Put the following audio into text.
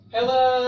Hello